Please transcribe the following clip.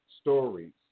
stories